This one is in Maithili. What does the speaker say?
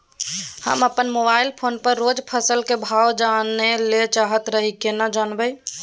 हम अपन मोबाइल फोन पर रोज फसल के भाव जानय ल चाहैत रही केना जानब?